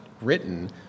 written